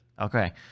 Okay